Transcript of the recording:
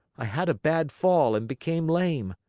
i had a bad fall and became lame.